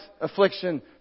Affliction